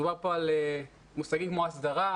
מדובר כאן על מושגים כמו הסדרה,